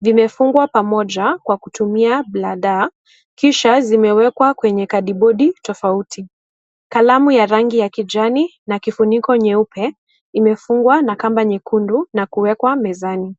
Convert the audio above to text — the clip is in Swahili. vimefungwa pamoja kwa kutumia (cs) bladaa(cs), kisha zimewekwa kwenye kadi bodi tofauti, kalamu ya rangi ya kijani, na kifuniko nyeupe inaonekana imefungwa na kamba nyekundu na kuwekwa mezani.